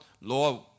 Lord